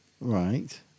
Right